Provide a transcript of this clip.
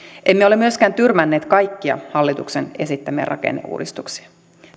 emme ole myöskään tyrmänneet kaikkia hallituksen esittämiä rakenneuudistuksia